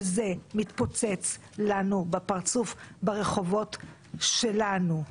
וזה מתפוצץ לנו בפרצוף ברחובות שלנו.